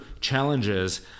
challenges